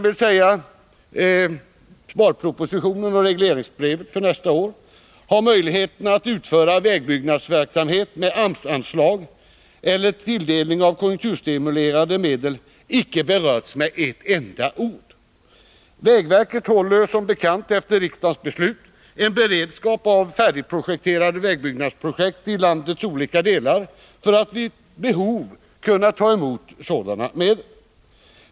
I sparpropositionen och regleringsbrevet för nästa år har möjligheterna att utföra vägbyggnadsverksamhet med AMS-anslag eller konjunkturstimulerande medel icke med ett enda ord berörts. Vägverket håller som bekant, efter riksdagens beslut om det, en beredskap av färdigprojekterade Nr 51 vägbyggnadsobjekt i landets olika delar för att vid behov kunna ta emot sådana medel.